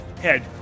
head